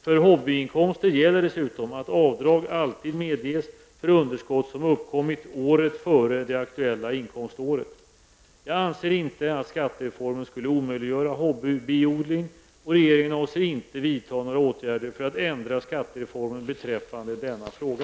För hobbyinkomster gäller dessutom att avdrag alltid medges för underskott som uppkommit året före det aktuella inkomståret. Jag anser inte att skattereformen skulle omöjliggöra hobbybiodling och regeringen avser inte vidta några åtgärder för att ändra skattereformen beträffande denna fråga.